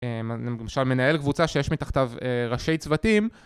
למשל מנהל קבוצה שיש מתחתיו ראשי צוותים